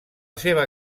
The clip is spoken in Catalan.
seva